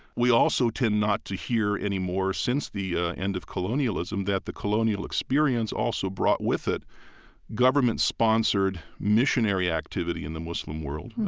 we also tend not to hear anymore, since the ah end of colonialism, that the colonial experience also brought with it government-sponsored missionary activity in the muslim world,